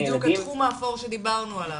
זה בדיוק התחום האפור שדיברנו עליו.